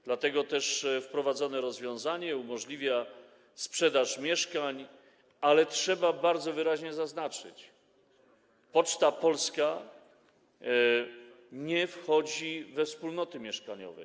Dlatego też wprowadzone rozwiązanie umożliwia sprzedaż mieszkań, ale trzeba bardzo wyraźnie zaznaczyć, że Poczta Polska nie wchodzi we wspólnoty mieszkaniowe.